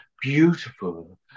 beautiful